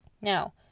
now